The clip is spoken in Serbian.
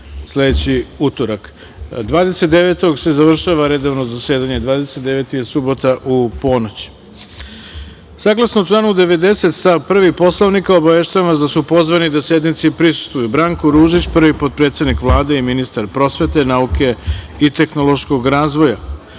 devetog se završava redovno zasedanje, 29. je subota, u ponoć. Saglasno članu 90. stav 1. Poslovnika, obaveštavam vas da su pozvani da sednici prisustvuju: Branko Ružić, prvi potpredsednik Vlade i ministar prosvete, nauke i tehnološkog razvoja,